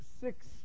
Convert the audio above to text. six